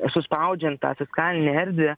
suspaudžiant tą fiskalinę erdvę